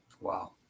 Wow